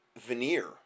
veneer